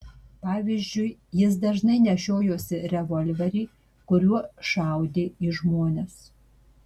pavyzdžiui jis dažnai nešiojosi revolverį kuriuo šaudė į žmones